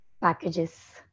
packages